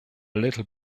little